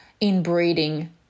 inbreeding